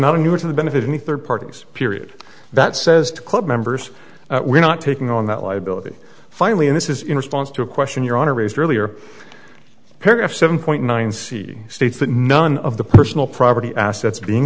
not a new to the benefit of any third parties period that says to club members we're not taking on that liability finally and this is in response to a question your honor raised earlier paragraph seven point nine c states that none of the personal property assets being